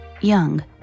Young